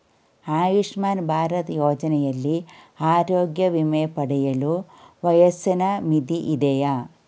ಆಯುಷ್ಮಾನ್ ಭಾರತ್ ಯೋಜನೆಯಲ್ಲಿ ಆರೋಗ್ಯ ವಿಮೆ ಪಡೆಯಲು ವಯಸ್ಸಿನ ಮಿತಿ ಇದೆಯಾ?